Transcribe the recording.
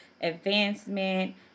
advancement